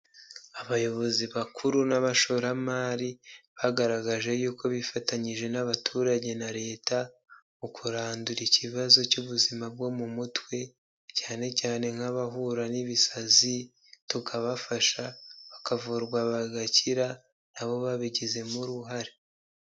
Abayobozi bakuru n'abashoramari bagaragaje yuko bifatanyije n'abaturage na leta mu kurandura ikibazo cy'ubuzima bwo mu mutwe, cyane cyane nk'abahura n'ibisazi tukabafasha, bakavurwa bagakira nabo babigizemo uruhare.